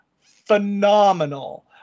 phenomenal